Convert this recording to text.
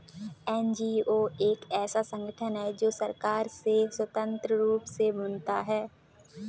NGO एक ऐसा संगठन है जो सरकार से स्वतंत्र रूप से बनता है